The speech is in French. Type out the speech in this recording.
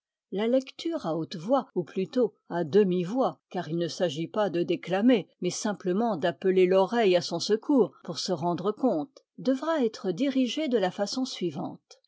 la lecture à haute voix ou plutôt à demi-voix car il ne s'agit pas de déclamer mais simplement d'appeler l'oreille à son secours pour se rendre compte devra être dirigée de la façon suivante